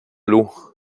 l’eau